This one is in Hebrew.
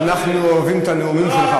ואנחנו אוהבים את הנאומים שלך.